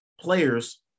players